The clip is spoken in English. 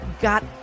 got